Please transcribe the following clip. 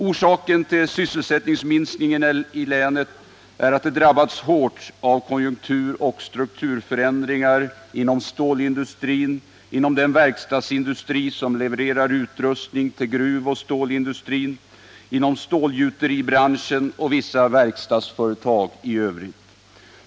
Orsaken till sysselsättningsminskningen i länet är att det drabbats hårt av konjunkturoch strukturförändringar inom stålindustrin, inom den verkstadsindustri som levererar utrustning till gruvoch stålindustrin, inom stålgjuteribranschen och inom vissa verkstadsföretag i övrigt.